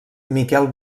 miquel